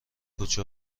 کوچه